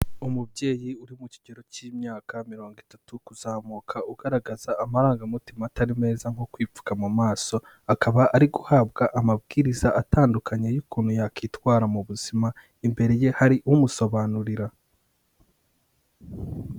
Umubyeyi uri mu kigero cy'imyaka mirongo itatu kuzamuka, ugaragaza amarangamutima atari meza nko kwipfuka mu maso, akaba ari guhabwa amabwiriza atandukanye y'ukuntu yakwitwara mu buzima, imbere ye hari umusobanurira.